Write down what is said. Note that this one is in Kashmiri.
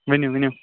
ؤنِو ؤنِو